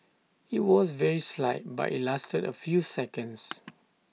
IT was very slight but IT lasted A few seconds